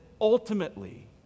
ultimately